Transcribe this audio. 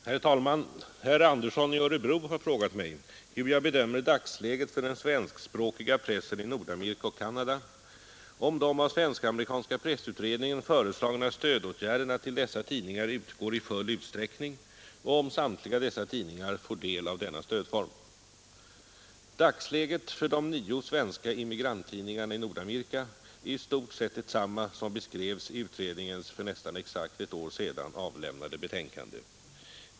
Herr talman! Herr Andersson i Örebro har frågat mig hur jag bedömer dagsläget för den svenskspråkiga pressen i Nordamerika och Canada, om de av svensk-amerikanska pressutredningen föreslagna stödåtgärderna till dessa tidningar utgår i full utsträckning och om samtliga dessa tidningar får del av denna stödform. Dagsläget för de nio svenska immigranttidningarna i Nordamerika är i stort sett detsamma som beskrevs i utredningens för nästan exakt ett år sedan avlämnade betänkande.